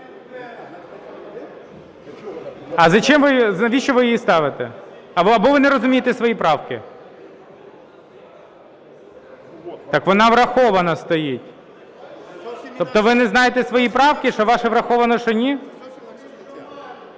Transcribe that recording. А навіщо ви її ставите? Або ви не розумієте свої правки. Так вона врахована стоїть. Тобто ви не знаєте свої правки, що ваше враховане, що ні?